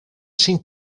cinc